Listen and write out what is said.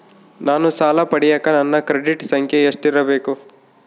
ನಾನು ಸಾಲ ಪಡಿಯಕ ನನ್ನ ಕ್ರೆಡಿಟ್ ಸಂಖ್ಯೆ ಎಷ್ಟಿರಬೇಕು?